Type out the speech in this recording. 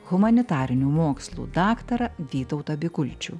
humanitarinių mokslų daktarą vytautą bikulčių